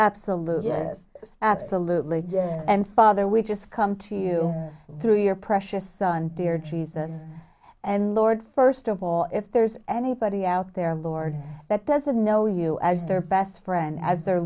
absolutely yes absolutely yeah and father we just come to you through your precious son dear jesus and lord first of all if there's anybody out there lord that doesn't know you as their best friend as the